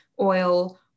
oil